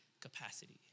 capacity